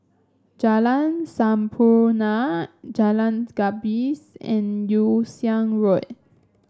Jalan Sampurna Jalan's Gapis and Yew Siang Road